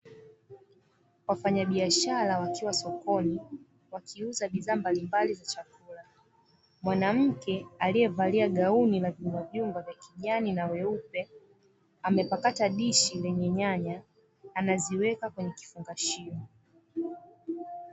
Wafanyabiashara wakiwa sokoni, wakiuza bidhaa mbalimbali za chakula. Mwanamke aliyevalia gauni la vyumbavyumba, vya kijani na weupe, amepakata dishi lenye nyanya, anaziweka kwenye kifungashio.